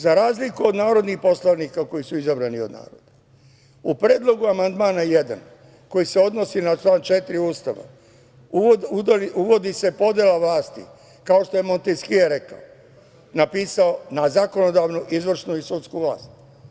Za razliku od narodnih poslanika koji su izabrani od naroda, u predlogu amandmana 1. koji se odnosi na član 4. Ustava uvodi se podela vlasti, kao što je Monteskje napisao – na zakonodavnu, izvršnu i sudsku vlast.